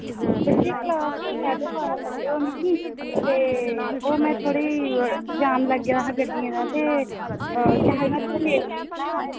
साढ़ी क्लास ते साड्ढे बारां बजे होनी ही ते ओह् में थोह्ड़ी जाम लग्गे दा हा गड्डियें दा ते केह् आखदे में थोह्ड़ा लेट पुज्जना